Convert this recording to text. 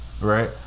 Right